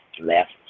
left